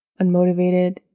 unmotivated